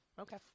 Okay